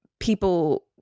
people